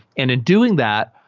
and in doing that,